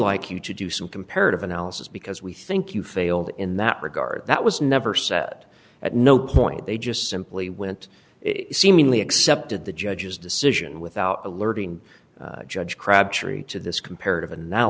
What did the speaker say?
like you to do some comparative analysis because we think you failed in that regard that was never set at no point they just simply went it seemingly accepted the judge's decision without alerting judge crabtree to this comparative an